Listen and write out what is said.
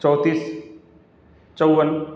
چوتیس چون